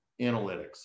analytics